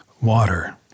Water